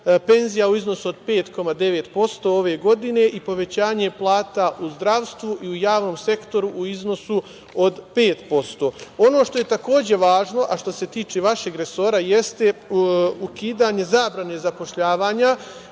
penzija u iznosu od 5,9% ove godine i povećanje plata u zdravstvu i u javnom sektoru u iznosu od 5%. Ono što je takođe važno, a što se tiče vašeg resora jeste ukidanje zabrane zapošljavanja. Hoću